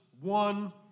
one